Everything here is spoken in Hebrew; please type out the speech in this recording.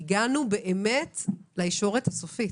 הגענו באמת לישורת הסופית.